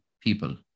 people